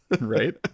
Right